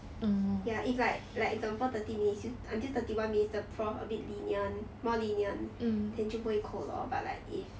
ya it's like like example thirty minutes you until thirty one minutes the prof a bit lenient more lenient then 就不会扣 lor but like if